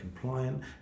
compliant